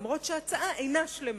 למרות שההצעה אינה שלמה.